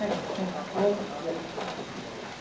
thank you thank you okay या हां